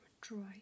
dry